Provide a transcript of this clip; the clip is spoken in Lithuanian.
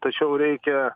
tačiau reikia